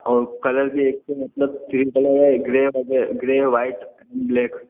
और कलर भी एक तो मतलब क्रीम कलर है एक ग्रे ग्रे वाइट ब्लैक